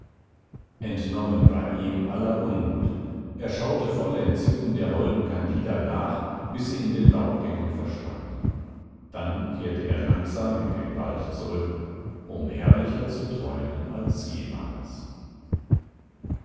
entnommen war ihm aller unmut er schaute voll entzücken der holden candida nach bis sie in den laubgängen verschwand dann kehrte er langsam in den wald zurück um herrlicher zu träumen als jemals